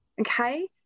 Okay